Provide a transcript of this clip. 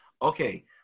Okay